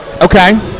Okay